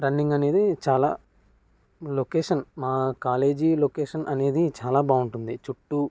running అనేది చాలా location మా కాలేజీ లొకేషన్ అనేది చాలా బాగుంటుంది చుట్టు